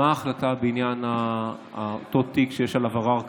מה ההחלטה בעניין אותו תיק שיש עליו ערר כרגע,